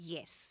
Yes